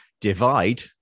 Divide